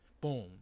boom